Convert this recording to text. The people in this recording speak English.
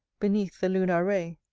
beneath the lunar ray.